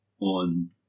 on